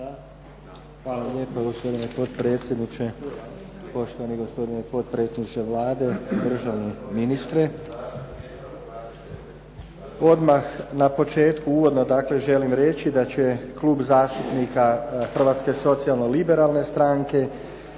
Hvala lijepa gospodine potpredsjedniče, poštovani gospodine potpredsjedniče Vlade, državni ministre. Odmah na početku uvodno dakle želim reći da će Klub zastupnika Hrvatske socijalno liberalne stranke